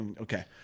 okay